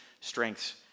strengths